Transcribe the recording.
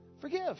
forgive